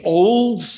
old